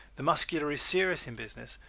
the muscular is serious in business,